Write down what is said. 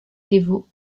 devaux